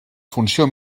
funció